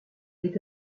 été